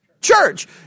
church